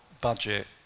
budget